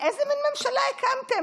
איזו מין ממשלה הקמתם,